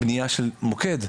בנייה של מוקד.